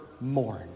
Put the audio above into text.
mourn